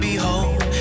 Behold